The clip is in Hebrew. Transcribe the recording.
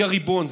היא הריבון.